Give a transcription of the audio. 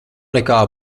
nekā